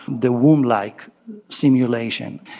the womb-like simulation.